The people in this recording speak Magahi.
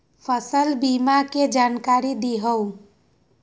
फसल बीमा के जानकारी दिअऊ?